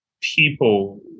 people